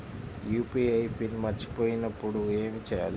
UPI PIN మరచిపోయినప్పుడు ఏమి చేయాలి?